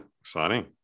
exciting